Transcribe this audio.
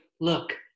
look